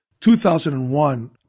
2001